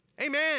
Amen